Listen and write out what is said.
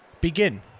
Begin